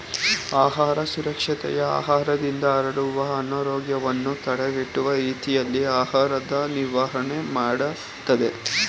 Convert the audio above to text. ಆಹಾರ ಸುರಕ್ಷತೆಯು ಆಹಾರದಿಂದ ಹರಡುವ ಅನಾರೋಗ್ಯವನ್ನು ತಡೆಗಟ್ಟುವ ರೀತಿಯಲ್ಲಿ ಆಹಾರದ ನಿರ್ವಹಣೆ ಮಾಡ್ತದೆ